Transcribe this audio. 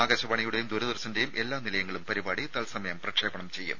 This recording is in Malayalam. ആകാശവാണിയുടെയും ദൂരദർശന്റെയും എല്ലാ നിലയങ്ങളും പരിപാടി തൽസമയം പ്രക്ഷേപണം ചെയ്യും